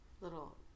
little